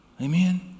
Amen